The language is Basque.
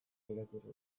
irakurri